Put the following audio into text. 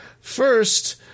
first